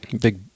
big